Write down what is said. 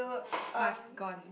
fast gone